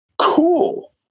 cool